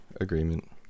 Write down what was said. agreement